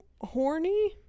horny